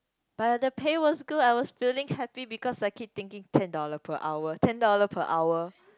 but the pay was good I was feeling happy because I keep thinking ten dollar per hour ten dollar per hour